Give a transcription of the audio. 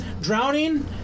drowning